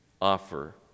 offer